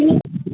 हॅं